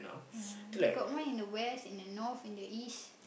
ya they got one in the west in the north in the east